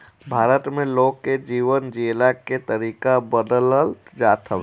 भारत में लोग के जीवन जियला के तरीका बदलत जात हवे